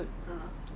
mm